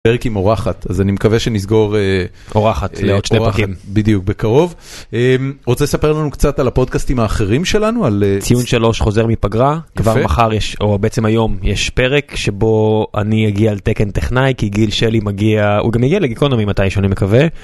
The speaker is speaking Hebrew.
פרק עם אורחת אז אני מקווה שנסגור אורחת לעוד שני פרקים בדיוק בקרוב רוצה לספר לנו קצת על הפודקאסטים האחרים שלנו על ציון שלוש חוזר מפגרה יפה כבר מחר או בעצם היום יש פרק שבו אני אגיע על תקן טכנאי כי גיל שלי מגיע הוא גם יגיע לגיקונומי מתישהו אני מקווה.